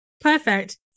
Perfect